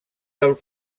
del